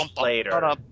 later